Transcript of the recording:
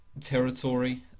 territory